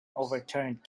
overturned